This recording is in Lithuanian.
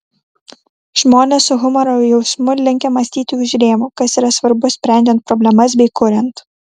žmonės su humoro jausmu linkę mąstyti už rėmų kas yra svarbu sprendžiant problemas bei kuriant